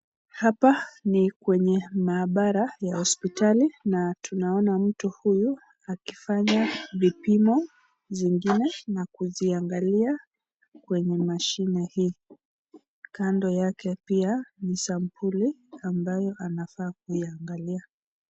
Hapa ni kwenye maabara ya hospitali na tunaona mtu huyu akifanya vipimo zingine na kuziangalia kwenye mashine hii, Kando yake pia ni sampuli ambayo anafaa kuangalia.